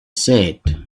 said